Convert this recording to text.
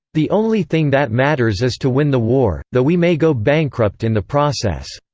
the only thing that matters is to win the war, though we may go bankrupt in the process.